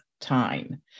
time